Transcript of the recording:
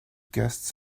guests